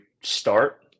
start